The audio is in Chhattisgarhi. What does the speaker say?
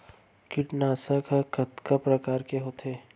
कीटनाशक ह कतका प्रकार के होथे?